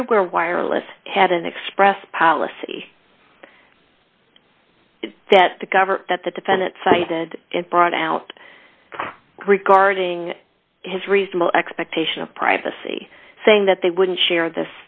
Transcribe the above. everywhere wireless had an express policy that the government that the defendant cited in front out regarding his reasonable expectation of privacy saying that they wouldn't share